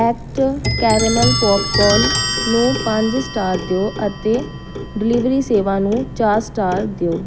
act caramel popcorn ਨੂੰ ਪੰਜ star ਦਿਓ ਅਤੇ ਡਿਲੀਵਰੀ ਸੇਵਾ ਨੂੰ ਚਾਰ ਸਟਾਰ ਦਿਓ